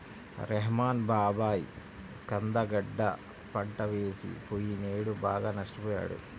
రెహ్మాన్ బాబాయి కంద గడ్డ పంట వేసి పొయ్యినేడు బాగా నష్టపొయ్యాడు